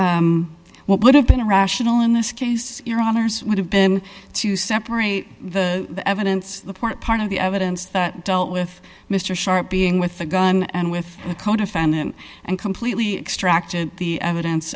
what would have been a rational in this case your honour's would have been to separate the evidence the point part of the evidence that dealt with mr sharp being with the gun and with the codefendant and completely extracted the evidence